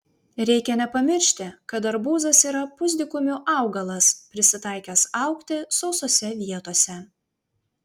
reikia nepamiršti kad arbūzas yra pusdykumių augalas prisitaikęs augti sausose vietose